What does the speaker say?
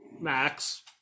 Max